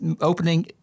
opening